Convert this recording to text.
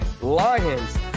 lions